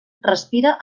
respira